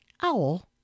Owl